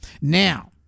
Now